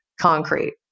concrete